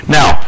Now